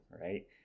right